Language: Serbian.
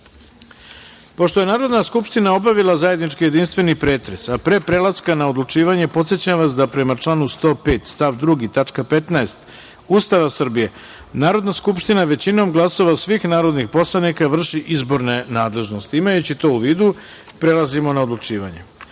banke. Pošto je Narodna skupština obavila zajednički jedinstveni pretres, pre prelaska na odlučivanje, podsećam vas da prema članu 105. stav 2. tačka 15. Ustava Srbije, Narodna skupština, većinom glasova svih narodnih poslanika vrši izborne nadležnosti. Imajući to u vidu, prelazimo na odlučivanje. Prelazimo